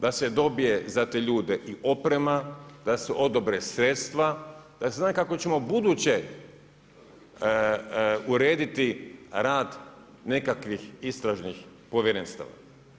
Da se dobije za te ljude i oprema, da se odobre sredstva, da se zna kako ćemo ubuduće urediti rad nekakvih istražnih povjerenstava.